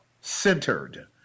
centered